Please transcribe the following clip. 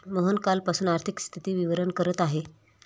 मोहन कालपासून आर्थिक स्थिती विवरण तयार करत आहे